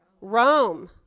Rome